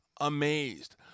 amazed